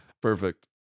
perfect